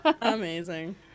Amazing